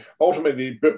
ultimately